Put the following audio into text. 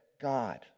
God